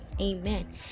amen